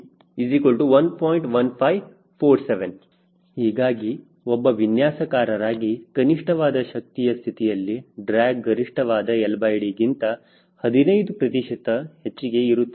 1547 ಹೀಗಾಗಿ ಒಬ್ಬ ವಿನ್ಯಾಸಕಾರರಾಗಿ ಕನಿಷ್ಠವಾದ ಶಕ್ತಿಯ ಸ್ಥಿತಿಯಲ್ಲಿ ಡ್ರ್ಯಾಗ್ ಗರಿಷ್ಠ ವಾದ LD ಗಿಂತ 15 ಪ್ರತಿಶತ ಹೆಚ್ಚಿಗೆ ಇರುತ್ತದೆ